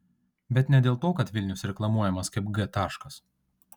bet ne dėl to kad vilnius reklamuojamas kaip g taškas